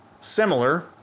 Similar